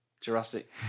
jurassic